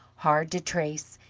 hard to trace,